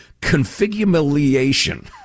Configumiliation